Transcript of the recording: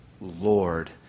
Lord